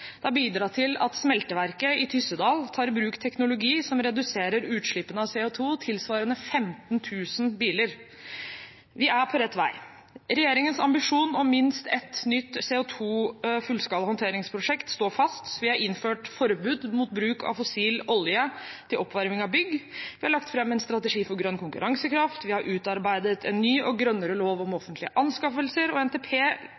Det har bidratt til at smelteverket i Tyssedal tar i brukt teknologi som reduserer utslippene av CO 2 tilsvarende 15 000 biler. Vi er på rett vei. Regjeringens ambisjon om minst ett nytt CO 2 -fullskala håndteringsprosjekt står fast. Vi har innført forbud mot bruk av fossil olje til oppvarming av bygg, vi har lagt fram en strategi for grønn konkurransekraft, vi har utarbeidet en ny og grønnere lov om offentlige anskaffelser, og i NTP